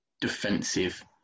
defensive